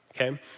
Okay